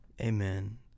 Amen